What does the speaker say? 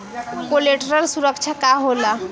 Collateral सुरक्षा का होला?